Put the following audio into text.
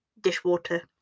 dishwater